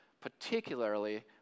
particularly